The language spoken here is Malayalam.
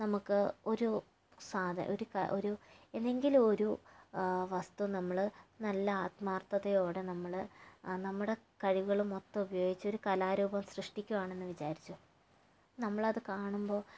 നമുക്ക് ഒരു സാധനം ഒരു ഒരു എന്തെങ്കിലും ഒരു വസ്തു നമ്മള് നല്ല ആത്മാർത്ഥതയോടെ നമ്മള് നമ്മുടെ കഴിവുകള് മൊത്തം ഉപയോഗിച്ചൊരു കലാരൂപം സൃഷ്ടിക്കുവാണെന്ന് വിചാരിച്ചോ നമ്മളത് കാണുമ്പോൾ